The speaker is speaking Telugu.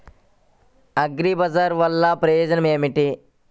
అగ్రిబజార్ వల్లన ప్రయోజనం ఏమిటీ?